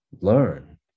learn